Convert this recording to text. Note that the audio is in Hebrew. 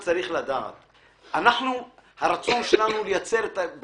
בסוף הם יעבדו אצלו וישלמו לו גם.